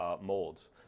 molds